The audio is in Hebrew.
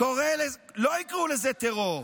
לא יקראו לזה טרור.